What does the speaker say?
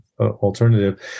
alternative